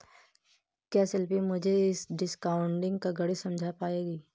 क्या शिल्पी मुझे डिस्काउंटिंग का गणित समझा पाएगी?